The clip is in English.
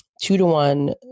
two-to-one